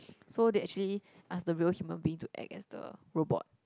so they actually asked the real human being to act as the robot